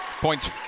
points